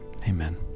Amen